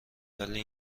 ولی